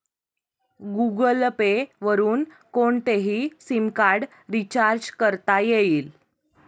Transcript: Google Pay वरुन कोणतेही SIM card recharge करता येईल